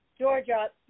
Georgia